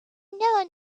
known